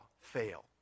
fail